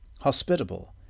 hospitable